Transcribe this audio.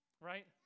right